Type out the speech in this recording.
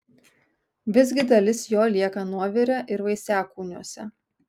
visgi dalis jo lieka nuovire ir vaisiakūniuose